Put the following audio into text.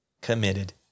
committed